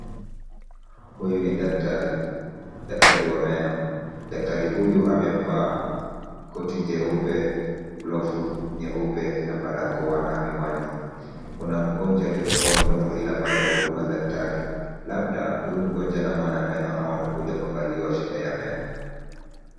Huyu ni daktari, daktari wa meno. Daktari huyu amevaa koti jeupe, glovu nyeupe na barakoa na miwani. Kuna mgonjwa aliyefungua mdomo ili apate huduma za daktari, labda huyu mgonjwa anaumwa na meno ama amekuja kuangaliwa shida ya meno.